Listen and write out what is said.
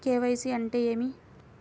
KYC అంటే ఏమి?